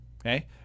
Okay